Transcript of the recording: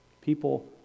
People